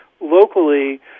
Locally